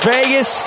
Vegas